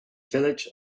village